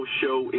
show